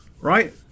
right